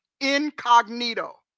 incognito